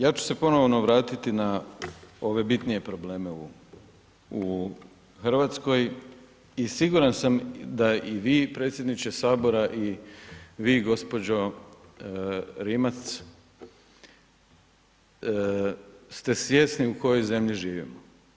Ja ću se ponovno vratiti na ove bitnije probleme u Hrvatskoj i siguran sam da i vi predsjedniče sabora i vi gospođo Rimac ste svjesni u kojoj zemlji živimo.